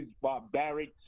barbaric